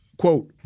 Quote